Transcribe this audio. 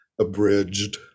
abridged